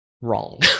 wrong